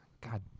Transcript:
God